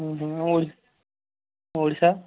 Odisha